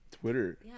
Twitter